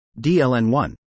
DLN1